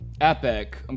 Epic